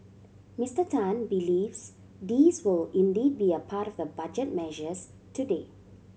Mister Tan believes these will indeed be a part of the Budget measures today